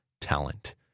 talent